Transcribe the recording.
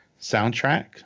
Soundtrack